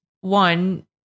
one-